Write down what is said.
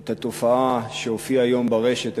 את התופעה שהופיעה היום ברשת,